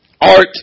art